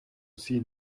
see